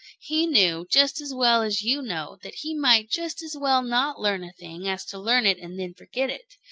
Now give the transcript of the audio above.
he knew just as well as you know that he might just as well not learn a thing as to learn it and then forget it.